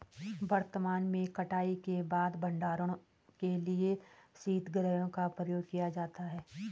वर्तमान में कटाई के बाद भंडारण के लिए शीतगृहों का प्रयोग किया जाता है